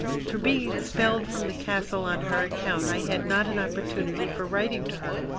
for being expelled from the castle on her account i had not an opportunity for writing to her.